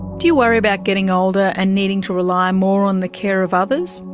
do you worry about getting older and needing to rely more on the care of others?